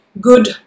good